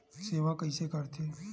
सेवा कइसे करथे?